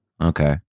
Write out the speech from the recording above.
Okay